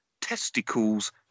testicles